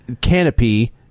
canopy